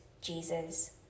Jesus